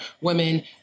women